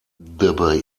dabei